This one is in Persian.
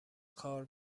کار